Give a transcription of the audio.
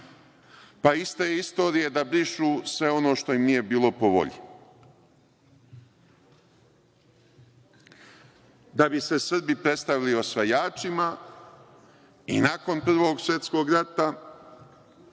pa iz te istorije da brišu sve ono što im nije bilo po volji, da bi se Srbi predstavili osvajačima i nakon Prvog svetskog rata,